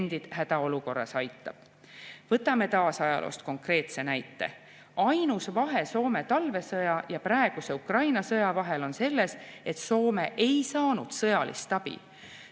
Võtame taas ajaloost konkreetse näite. Ainus vahe Soome talvesõja ja praeguse Ukraina sõja vahel on selles, et Soome ei saanud sõjalist abi.